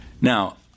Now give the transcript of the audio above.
Now